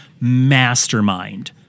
mastermind